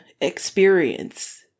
experience